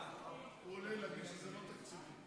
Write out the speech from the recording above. הוא עולה להגיד שזה לא תקציבי.